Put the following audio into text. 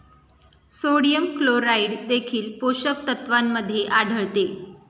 sodium chloride देखील पोषक तत्वांमध्ये आढळते